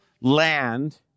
land